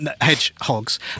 hedgehogs